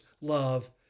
love